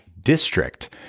district